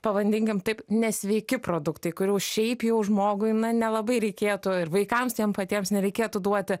pavadinkim taip nesveiki produktai kurių šiaip jau žmogui nelabai reikėtų ir vaikams tiem patiems nereikėtų duoti